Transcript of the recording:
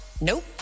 Nope